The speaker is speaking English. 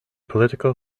political